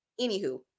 anywho